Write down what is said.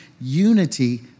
unity